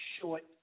short